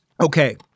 Okay